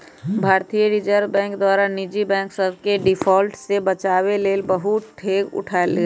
भारतीय reserve bank द्वारा निजी बैंक सभके डिफॉल्ट से बचाबेके लेल बहुते डेग उठाएल गेल